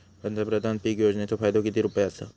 पंतप्रधान पीक योजनेचो फायदो किती रुपये आसा?